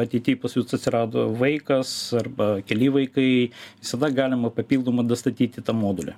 ateity pas jus atsirado vaikas arba keli vaikai visada galima papildomai dastatyti tą modulį